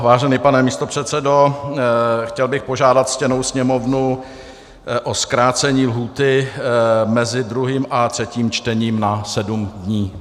Vážený pane místopředsedo, chtěl bych požádat ctěnou Sněmovnu o zkrácení lhůty mezi druhým a třetím čtením na sedm dní.